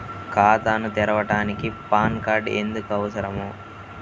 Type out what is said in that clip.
ఖాతాను తెరవడానికి PAN card ఎందుకు అవసరము?